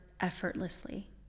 effortlessly